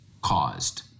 caused